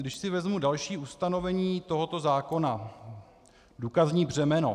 Když si vezmu další ustanovení tohoto zákona důkazní břemeno.